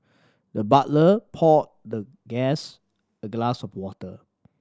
the butler poured the guest a glass of water